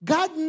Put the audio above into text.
God